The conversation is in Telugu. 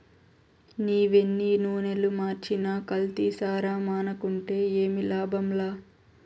నీవెన్ని నూనలు మార్చినా కల్తీసారా మానుకుంటే ఏమి లాభంలా